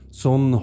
son